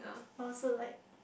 oh so like